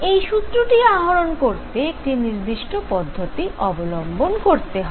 এই সূত্রটি আহরণ করতে একটি নির্দিষ্ট পদ্ধতি অবলম্বন করতে হয়